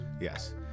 Yes